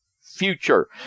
future